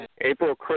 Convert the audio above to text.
April